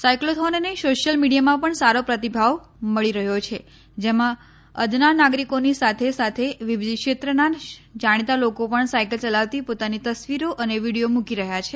સાયક્લોથોનને social મીડિયામાં પણ સારો પ્રતિભાવ મળી રહ્યો છે જેમાં અદના નાગરિકોની સાથે સાથે વિવિધ ક્ષેત્રના જાણીતા લોકો પણ સાયકલ ચલાવતી પોતાની તસવીરો અને વીડિયો મૂકી રહ્યા છે